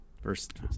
first